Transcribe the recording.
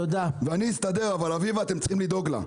אני אסתדר, אבל אביבה, אתם צריכים לדאוג לה.